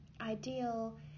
ideal